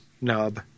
nub